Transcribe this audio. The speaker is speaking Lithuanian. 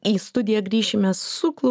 į studiją grįšime su